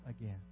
again